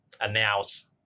announce